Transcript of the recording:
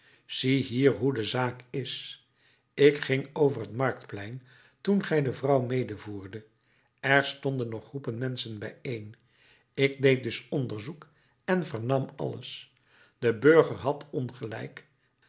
ziehier hoe de zaak is ik ging over het marktplein toen gij de vrouw medevoerdet er stonden nog groepen menschen bijeen ik deed dus onderzoek en vernam alles de burger had ongelijk